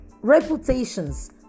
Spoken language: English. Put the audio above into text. reputations